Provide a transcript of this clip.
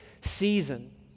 season